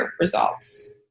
results